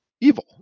evil